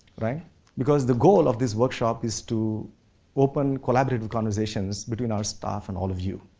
because the goal of this workshop is to open collaborative conversations between our staff and all of you.